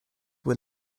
were